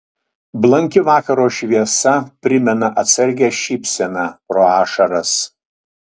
blanki vakaro šviesa primena atsargią šypseną pro ašaras